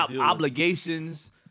obligations